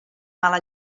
mala